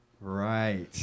Right